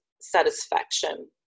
satisfaction